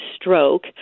stroke